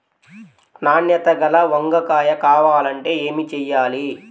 నాణ్యత గల వంగ కాయ కావాలంటే ఏమి చెయ్యాలి?